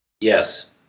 Yes